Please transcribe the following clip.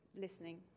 listening